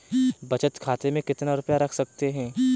बचत खाते में कितना रुपया रख सकते हैं?